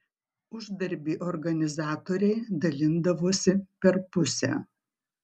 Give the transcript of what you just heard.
uždarbį organizatoriai dalindavosi per pusę